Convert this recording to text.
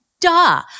Duh